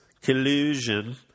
collusion